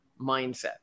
mindset